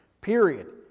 period